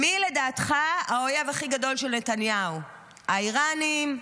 מי לדעתך האויב הכי גדול של נתניהו, האיראנים?